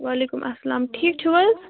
وعلیکُم اسلام ٹھیٖک چھُو حظ